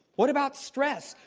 what about stress?